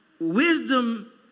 wisdom